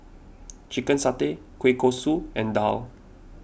Chicken Satay Kueh Kosui and Daal